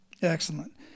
Excellent